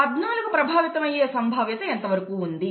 14 ప్రభావితం అయ్యే సంభావ్యత ఎంతవరకు ఉంది